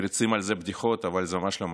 מריצים על זה בדיחות, אבל זה ממש לא מצחיק,